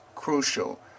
crucial